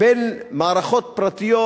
בין מערכות פרטיות,